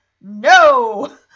no